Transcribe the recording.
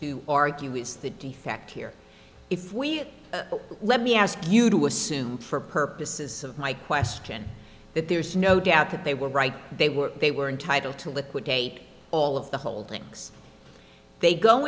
to argue with the defect here if we let me ask you to assume for purposes of my question that there is no doubt that they were right they were they were entitled to liquidate all of the holdings they go